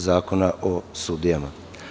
Zakona o sudijama.